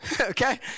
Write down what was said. okay